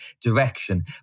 direction